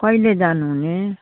कहिले जानुहुने